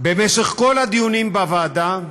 בכל הדיונים בוועדה,